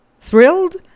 thrilled